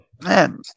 Man